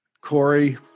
Corey